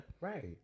Right